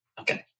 okay